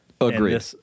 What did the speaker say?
Agreed